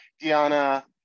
Diana